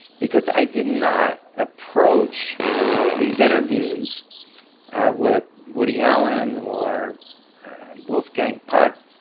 because i did not approach these interviews with woody allen or wolfgang puck,